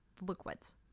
liquids